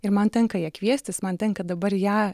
ir man tenka ją kviestis man tenka dabar ją